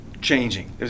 changing